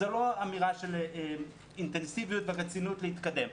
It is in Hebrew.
זאת לא אמירה של אינטנסיביות ורצינות בהתקדמות.